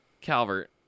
Calvert